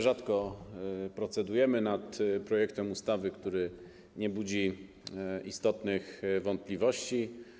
Rzadko procedujemy nad projektem ustawy, który nie budzi istotnych wątpliwości.